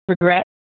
regret